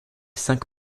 cinq